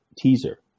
teaser